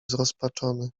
zrozpaczony